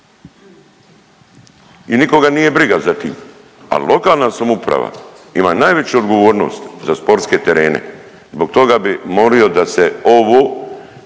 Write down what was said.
i nikoga nije briga za tim. A lokalna samouprava ima najveću odgovornost za sportske terene. Zbog toga bih molio da se ovo